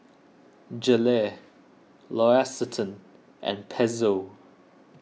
Gelare L'Occitane and Pezzo